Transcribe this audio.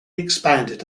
expanded